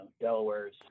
delaware's